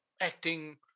acting